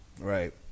right